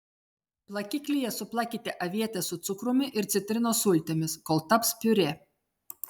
plakiklyje suplakite avietes su cukrumi ir citrinos sultimis kol taps piurė